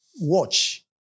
watch